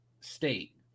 state